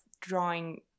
drawing